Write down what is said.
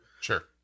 Sure